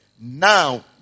Now